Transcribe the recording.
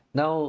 now